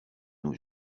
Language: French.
nos